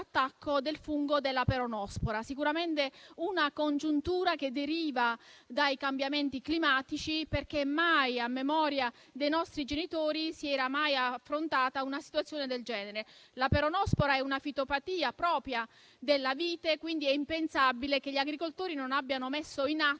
del fungo della peronospora. Tale congiuntura deriva sicuramente dai cambiamenti climatici, perché mai a memoria dei nostri genitori si era affrontata una situazione del genere. La peronospora è una fitopatia propria della vite, quindi è impensabile che gli agricoltori non abbiano messo in atto